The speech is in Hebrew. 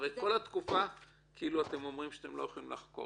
הרי אתם אומרים שבמשך כל התקופה אתם לא יכולים לחקור,